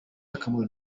akamaro